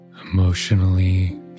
emotionally